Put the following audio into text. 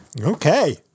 Okay